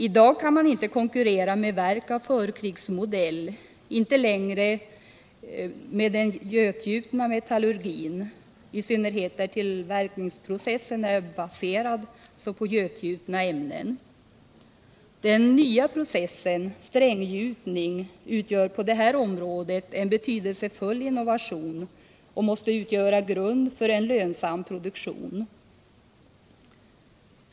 I dag kan man inte konkurrera med verk av förkrigsmodell,i synnerhet inte när tillverkningsprocessen är baserad på götgjutna ämnen. Den nya processen, stränggjutning, utgör på det här området en betydelsefull innovation, och måste utgöra grund för en lönsam produktion.